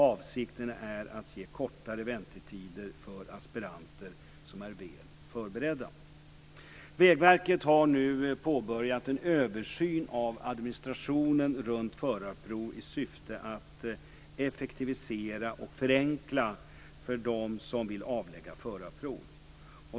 Avsikten är att ge kortare väntetider för aspiranter som är väl förberedda. Vägverket har nu påbörjat en översyn av administrationen runt förarprov i syfte att effektivisera och förenkla för dem som vill avlägga förarprov.